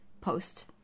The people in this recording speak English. post